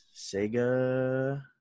Sega